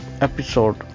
episode